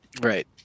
Right